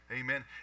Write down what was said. Amen